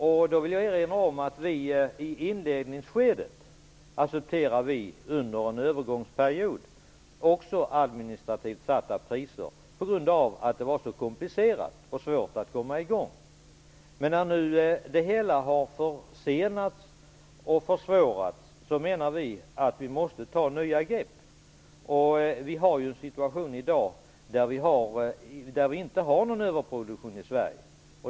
Jag vill erinra om att vi i inledningsskedet, under en övergångsperiod, också accepterade administrativt satta priser på grund av att det var så komplicerat och svårt att komma i gång. Men när nu det hela har försenats och försvårats menar vi att vi måste ta nya grepp. Vi har en situation i Sverige i dag utan någon överproduktion.